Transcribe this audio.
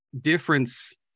difference